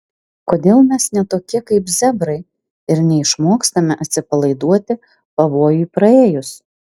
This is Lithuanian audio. kodėl mes ne tokie kaip zebrai ir neišmokstame atsipalaiduoti pavojui praėjus